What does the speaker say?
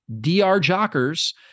drjockers